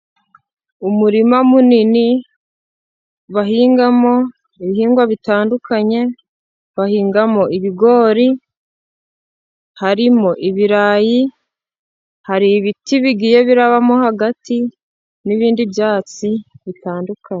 Umurima munini bahingamo ibihingwa bitandukanye bahingamo ibigori, harimo ibirayi, hari ibiti bigiye birabamo hagati n'ibindi byatsi bitandukanye.